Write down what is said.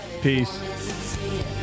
Peace